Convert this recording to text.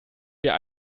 wir